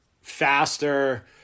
faster